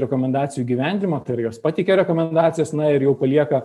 rekomendacijų įgyvendinimo tai yra jos pateikia rekomendacijas na ir jau palieka